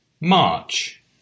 March